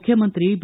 ಮುಖ್ಯಮಂತ್ರಿ ಬಿ